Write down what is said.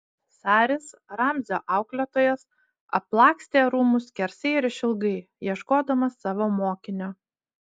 saris ramzio auklėtojas aplakstė rūmus skersai ir išilgai ieškodamas savo mokinio